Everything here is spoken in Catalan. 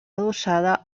adossada